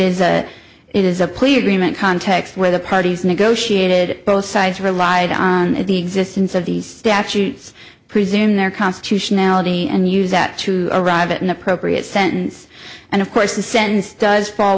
agreement context where the parties negotiated both sides relied on the existence of these statutes presume their constitutionality and use that to arrive at an appropriate sentence and of course the sense does fall